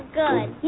good